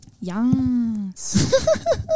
Yes